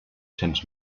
cents